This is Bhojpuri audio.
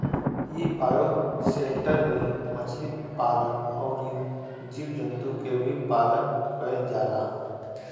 इ बायोशेल्टर में मछली पालन अउरी जीव जंतु के भी पालन कईल जाला